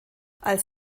als